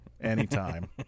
anytime